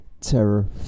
Terror